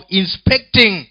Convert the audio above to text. inspecting